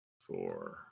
four